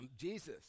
Jesus